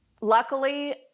Luckily